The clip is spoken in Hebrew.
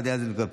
גדי איזנקוט,